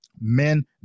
men